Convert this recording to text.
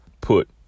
put